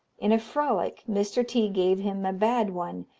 in a frolic mr. t gave him a bad one,